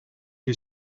you